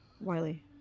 Wiley